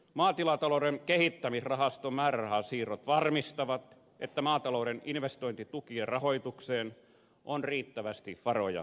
maatilatalouden kehittämisrahaston määrärahasiirrot varmistavat että maatalouden investointitukien rahoitukseen on riittävästi varoja käytettävissä